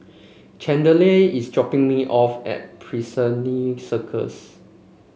Chandler is dropping me off at Piccadilly Circus